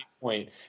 point